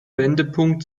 wendepunkt